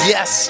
Yes